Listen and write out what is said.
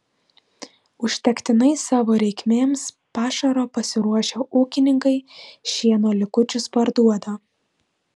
užtektinai savo reikmėms pašaro pasiruošę ūkininkai šieno likučius parduoda